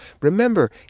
remember